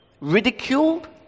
ridiculed